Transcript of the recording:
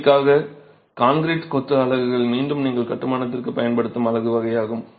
முழுமைக்காக concrete கொத்து அலகுகள் மீண்டும் நீங்கள் கட்டுமானத்திற்கு பயன்படுத்தும் அலகு வகையாகும்